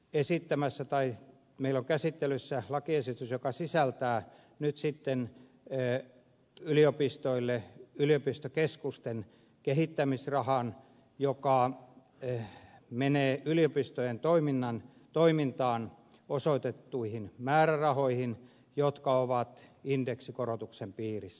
esittämässä tai käsittelyssä lakiesitys joka sisältää nyt yliopistoille yliopistokeskusten kehittämisrahan joka menee yliopistojen toimintaan osoitettuihin määrärahoihin jotka ovat indeksikorotuksen piirissä